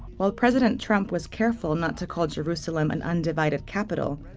while president trump was careful not to call jerusalem an undivided capital.